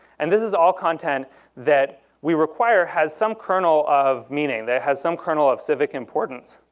and this is all content that we require has some kernel of meaning, that it has some kernel of civic importance.